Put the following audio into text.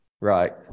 Right